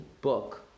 book